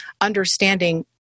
understanding